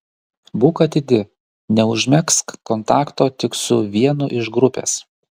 būk atidi neužmegzk kontakto tik su vienu iš grupės